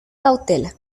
cautela